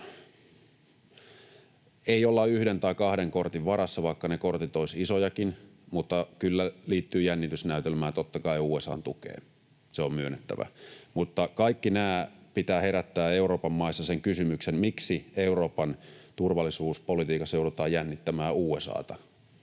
Ei olla yhden tai kahden kortin varassa, vaikka ne kortit olisivat isojakin, mutta kyllä liittyy jännitysnäytelmää totta kai USA:n tukeen. Se on myönnettävä. Mutta kaikkien näiden pitää herättää Euroopan maissa se kysymys, miksi Euroopan turvallisuuspolitiikassa joudutaan jännittämään USA:ta,